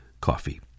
coffee